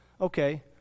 okay